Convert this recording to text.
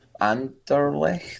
Anderlecht